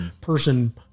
person